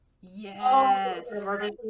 Yes